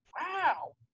wow